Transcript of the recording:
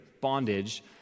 bondage